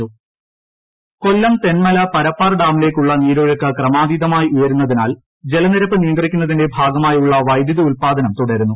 കൊല്ലം Thenmala Parappar dam Kollam Thenmala Parappar ഡാമിലേക്കുള്ള് ന്നീരൊഴുക്ക് ക്രമാതീതമായി ഉയരുന്നതിനാൽ ജലനിരപ്പ് നിയ്ത്രിക്കുന്നതിന്റെ ഭാഗമായുള്ള വൈദ്യുതി ഉത്പാദനം തുടരുന്നു